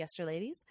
yesterladies